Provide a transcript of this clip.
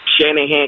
Shanahan